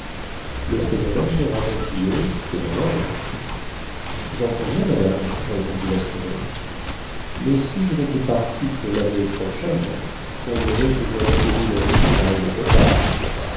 le phénomène n'aura donc lieu que dans un an j'en conviens madame répondit l'astronome mais si je n'était parti que l'année prochaine convenez que j'aurais couru le risque d'arriver trop tard